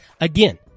Again